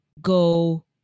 go